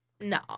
No